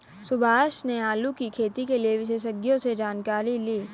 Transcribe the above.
सुभाष ने आलू की खेती के लिए विशेषज्ञों से जानकारी ली